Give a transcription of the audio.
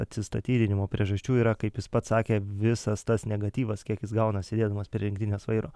atsistatydinimo priežasčių yra kaip jis pats sakė visas tas negatyvas kiek jis gauna sėdėdamas prie rinktinės vairo